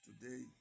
today